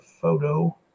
photo